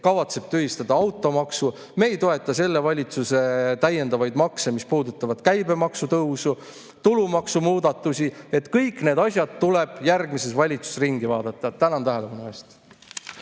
kavatseb tühistada automaksu. Me ei toeta selle valitsuse täiendavaid makse, mis puudutavad käibemaksutõusu, tulumaksumuudatusi. Kõik need asjad tuleb järgmises valitsuses ringi vaadata. Tänan tähelepanu eest!